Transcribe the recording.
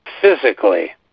physically